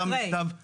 גם --- יום אחרי,